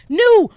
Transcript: new